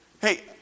Hey